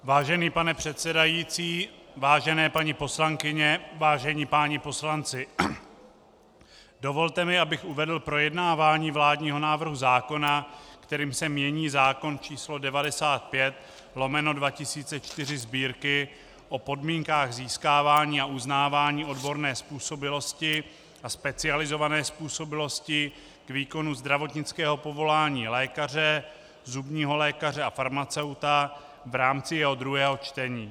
Vážený pane předsedající, vážené paní poslankyně, vážení páni poslanci, dovolte mi, abych uvedl projednávání vládního návrhu zákona, kterým se mění zákon číslo 95/2004 Sb., o podmínkách získávání a uznávání odborné způsobilosti a specializované způsobilosti k výkonu zdravotnického povolání lékaře, zubního lékaře a farmaceuta, v rámci jeho druhého čtení.